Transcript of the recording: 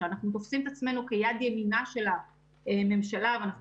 אנחנו תופסים את עצמנו כיד ימינה של הממשלה ואנחנו